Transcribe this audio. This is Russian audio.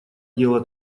дело